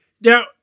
Now